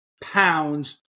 pounds